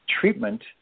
treatment